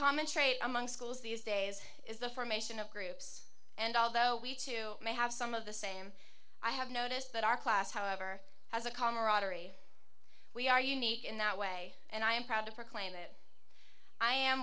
common trait among schools these days is the formation of groups and although we too may have some of the same i have noticed that our class however has a camaraderie we are unique in that way and i am proud to proclaim that i am